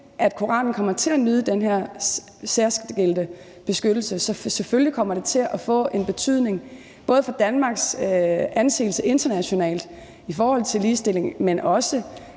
at Koranen kommer til at nyde den her særskilte beskyttelse? Så selvfølgelig kommer det til at få en betydning, både for Danmarks anseelse internationalt, i forhold til ligestilling, men også